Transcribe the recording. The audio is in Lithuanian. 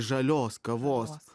žalios kavos